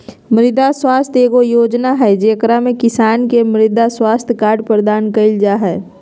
मृदा स्वास्थ्य एगो योजना हइ, जेकरा में किसान के मृदा स्वास्थ्य कार्ड प्रदान कइल जा हइ